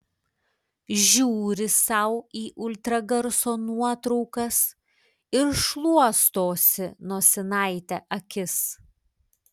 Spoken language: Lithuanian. žiūri sau į ultragarso nuotraukas ir šluostosi nosinaite akis